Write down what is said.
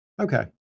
Okay